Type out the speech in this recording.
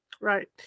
Right